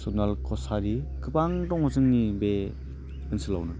सुनवाल कचारि गोबां दं जोंनि बे ओनसोलावनो